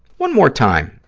one more time,